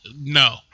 no